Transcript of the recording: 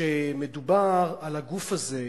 כשמדובר על הגוף הזה,